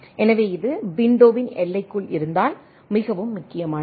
எனவே இது விண்டோவின் எல்லைக்குள் இருந்தால் மிகவும் முக்கியமானது